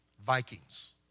Vikings